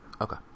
Okay